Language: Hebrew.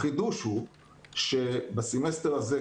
החידוש הוא שבסמסטר הזה,